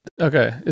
Okay